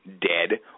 dead